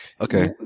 Okay